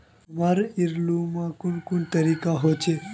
हमरा ऋण लुमू कुन कुन तरीका होचे?